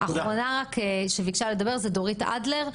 אחרונה שביקשה לדבר היא דורית אדלר,